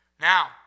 Now